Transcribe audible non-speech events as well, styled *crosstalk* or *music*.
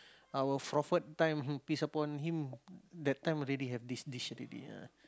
our prophet time *noise* peace is upon him that time already have this dish already ah